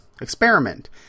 Experiment